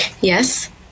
Yes